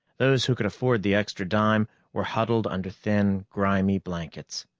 those who could afford the extra dime were huddled under thin, grimy blankets.